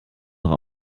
noch